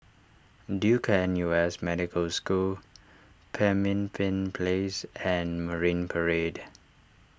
Duke N U S Medical School Pemimpin Place and Marine Parade